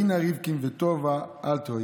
מינה ריבקין וטובה אלטהויז.